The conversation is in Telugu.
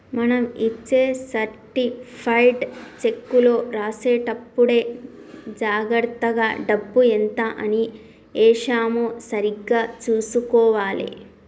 మనం ఇచ్చే సర్టిఫైడ్ చెక్కులో రాసేటప్పుడే జాగర్తగా డబ్బు ఎంత అని ఏశామో సరిగ్గా చుసుకోవాలే